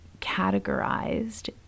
categorized